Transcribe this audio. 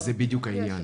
וזה בדיוק העניין.